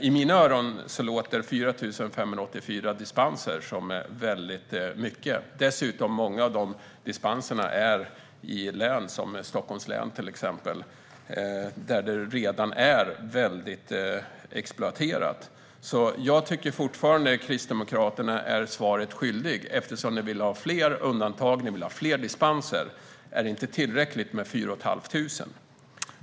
I mina öron låter 4 584 dispenser mycket. Dessutom ges många av dispenserna i län som till exempel Stockholms län, där mycket redan är exploaterat. Jag tycker fortfarande att Kristdemokraterna är svaret skyldiga eftersom ni vill ha fler undantag och fler dispenser. Är det inte tillräckligt med fyra och ett halvt tusen?